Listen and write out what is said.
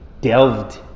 delved